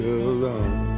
alone